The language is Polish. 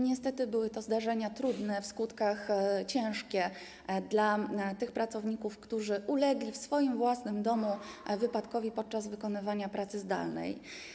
Niestety były to zdarzenia trudne w skutkach, ciężkie dla tych pracowników, którzy ulegli w swoim własnym domu wypadkowi podczas wykonywania pracy zdalnej.